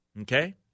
okay